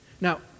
Now